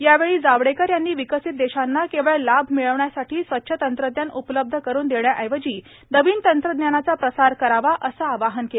यावेळी जावडेकर यांनी विकसित देशांना केवळ लाभ मिळवण्यासाठी स्वच्छ तंत्रज्ञान उपलब्ध करून देण्याऐवजी नविन तंत्रज्ञानाचा प्रसार करावा असं आवाहन केलं